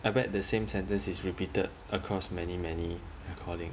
I bet the same sentence is repeated across many many recording